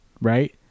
Right